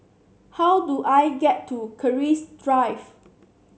how do I get to Keris Drive